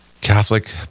Catholic